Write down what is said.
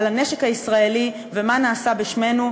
על הנשק הישראלי ומה נעשה בשמנו,